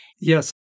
Yes